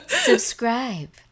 Subscribe